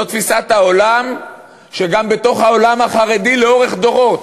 זאת תפיסת העולם גם בתוך העולם החרדי לאורך דורות,